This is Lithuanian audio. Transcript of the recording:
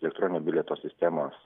elektroninio bilieto sistemos